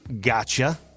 Gotcha